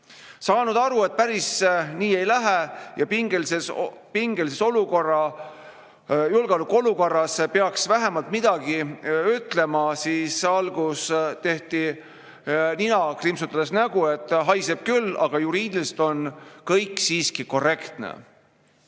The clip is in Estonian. Saanud aru, et päris nii ei lähe ja pingelises julgeolekuolukorras peaks vähemalt midagi ütlema, tehti alguses nina krimpsutades nägu, et haiseb küll, aga juriidiliselt on kõik korrektne.